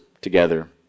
together